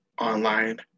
online